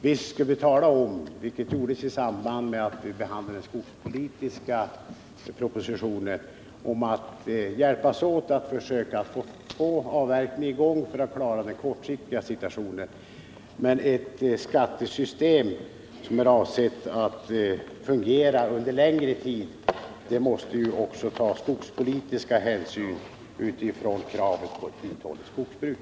Visst skall vi — vilket också framhölls i samband med att vi behandlade den skogspolitiska propositionen — hjälpas åt att försöka få i gång avverkningar för att lösa de kortsiktiga problemen. Men ett skattesystem som är avse:t att fungera under längre tid måste ju också ta skogspolitiska hänsyn med tanke på kravet på ett uthålligt skogsbruk.